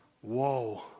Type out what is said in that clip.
Whoa